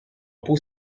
pouls